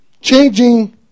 Changing